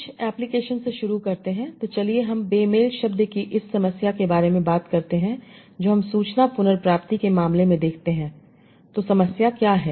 कुछ एप्लिकेशन से शुरू करते हैं तो चलिए हम बे मेल शब्द की इस समस्या के बारे में बात करते हैं जो हम सूचना पुनर्प्राप्ति के मामले में देखते हैं तो समस्या क्या है